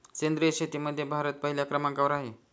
सेंद्रिय शेतीमध्ये भारत पहिल्या क्रमांकावर आहे